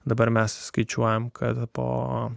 dabar mes skaičiuojame kad po